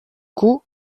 coup